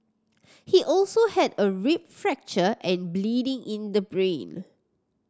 he also had a rib fracture and bleeding in the brain